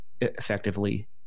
effectively